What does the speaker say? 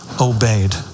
obeyed